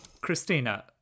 Christina